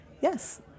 yes